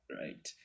right